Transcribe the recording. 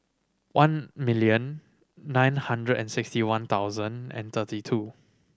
one million nine hundred and sixty one thousand and thirty two